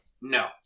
No